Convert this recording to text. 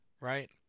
Right